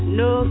no